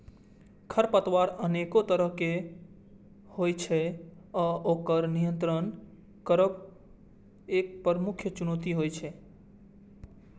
खरपतवार अनेक तरहक होइ छै आ ओकर नियंत्रित करब एक प्रमुख चुनौती होइ छै